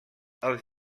els